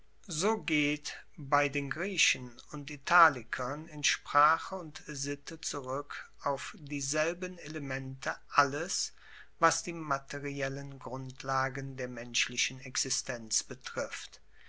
so geht bei den griechen und italikern in sprache und sitte zurueck auf dieselben elemente alles was die materiellen grundlagen der menschlichen existenz betrifft